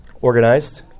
Organized